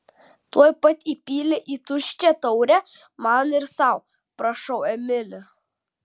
tuoj pat įpylė į tuščią taurę man ir sau prašau emili